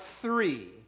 three